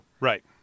right